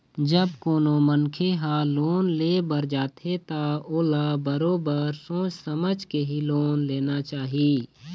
जब कोनो मनखे ह लोन ले बर जाथे त ओला बरोबर सोच समझ के ही लोन लेना चाही